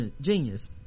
genius